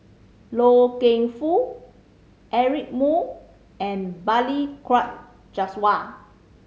Loy Keng Foo Eric Moo and Balli Kaur Jaswal